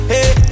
Hey